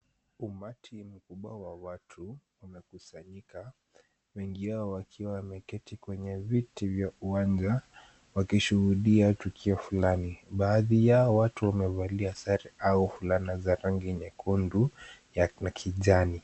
Umati mkubwa wa watu wamekusanyika. Wengi wao wakiwa wameketi kwenye viti vya uwanja, wakishuhudia tukio fulani. Baadhi yao watu wamevalia sare au fulana za rangi nyekundu na kijani.